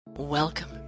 Welcome